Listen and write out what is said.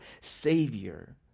savior